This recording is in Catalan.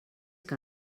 que